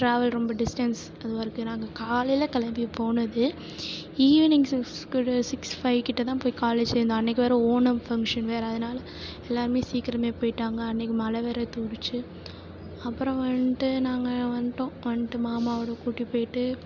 travel ரொம்ப distance அதுவாக இருக்குது நாங்கள் காலையில் கிளம்பி போனது ஈவினிங் சிக்ஸ் கூட சிக்ஸ் ஃபைவ் கிட்ட தான் போய் காலேஜ் சேர்ந்தோம் அன்றைக்கி வேறே ஓணம் ஃபங்க்ஷன் வேறு அதனால் எல்லோருமே சீக்கிரமே போயிட்டாங்க அன்றைக்கி மழை வேறே தூரிச்சி அப்புறம் வந்துட்டு நாங்கள் வந்துட்டோம் வந்துட்டு மாமா அவர் கூட்டி போயிட்டு